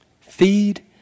Feed